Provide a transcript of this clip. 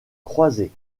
croisé